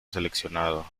seleccionado